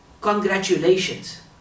congratulations